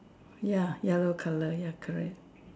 ya yellow colour ya correct